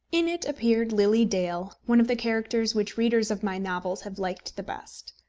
in it appeared lily dale, one of the characters which readers of my novels have liked the best.